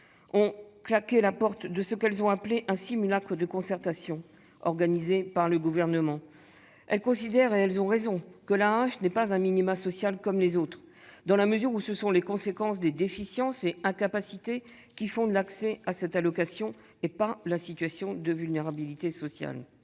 ont claqué la porte de ce qu'elles ont appelé « un simulacre de concertation » organisée par le Gouvernement. Elles considèrent, avec juste raison, que l'AAH n'est pas un minimum social comme les autres : ce sont les conséquences des déficiences et des incapacités qui fondent l'accès à cette allocation et non la situation de vulnérabilité sociale.